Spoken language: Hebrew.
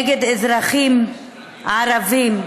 נגד אזרחים ערבים,